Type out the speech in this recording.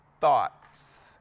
thoughts